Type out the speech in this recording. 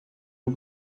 aux